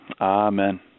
Amen